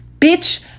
Bitch